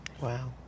Wow